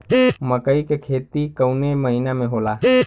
मकई क खेती कवने महीना में होला?